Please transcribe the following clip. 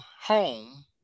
home